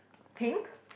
pink